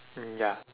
ya